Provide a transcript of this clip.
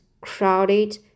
crowded